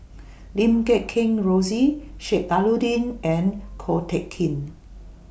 Lim Guat Kheng Rosie Sheik Alau'ddin and Ko Teck Kin